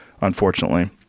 unfortunately